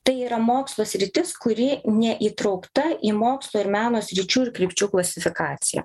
tai yra mokslo sritis kuri neįtraukta į mokslo ir meno sričių ir krypčių klasifikaciją